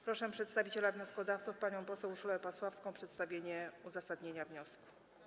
Proszę przedstawiciela wnioskodawców panią Urszulę Pasławską o przedstawienie uzasadnienia wniosku.